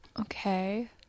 Okay